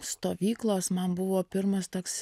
stovyklos man buvo pirmas toks